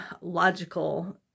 logical